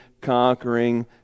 conquering